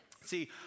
See